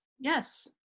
yes